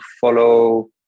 follow